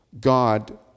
God